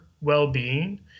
well-being